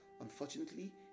Unfortunately